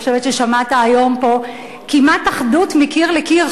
אני חושבת ששמעת היום פה כמעט אחדות מקיר לקיר,